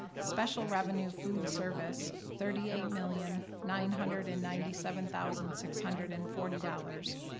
special revenue food service thirty eight million nine hundred and ninety seven thousand six hundred and forty dollars,